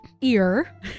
ear